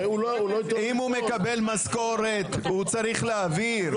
אם הוא מקבל משכורת הוא צריך להעביר.